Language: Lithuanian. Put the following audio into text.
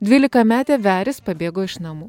dvylikametė veris pabėgo iš namų